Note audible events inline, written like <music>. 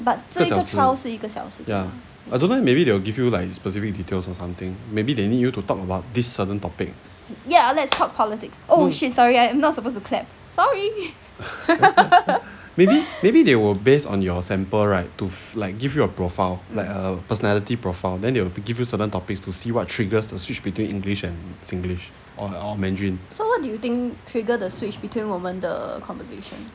一个小时 ya I don't know leh maybe they will give you like specific details on something maybe they need you to talk about this certain topic <laughs> maybe maybe they will based on your sample right to fin~ give you a profile like a personality profile then they will give you certain topics to see what triggers to switch between english and singlish or or mandarin